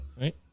Right